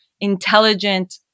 intelligent